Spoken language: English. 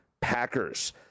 Packers